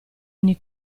ogni